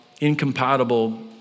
incompatible